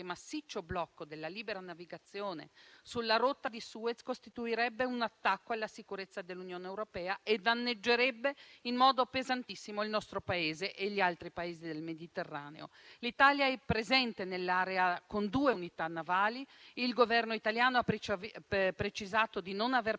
massiccio blocco della libera navigazione sulla rotta di Suez costituirebbe un attacco alla sicurezza dell'Unione europea e danneggerebbe in modo pesantissimo il nostro Paese e gli altri Paesi del Mediterraneo. L'Italia è presente nell'area con due unità navali. Il Governo italiano ha precisato di non aver partecipato